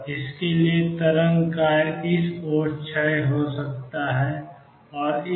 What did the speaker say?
और इसके लिए तरंग कार्य इस ओर क्षय होता है और इस ओर क्षय होता है